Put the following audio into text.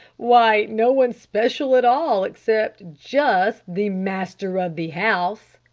why, no one special at all except just the master of the house!